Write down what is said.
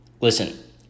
listen